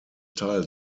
teil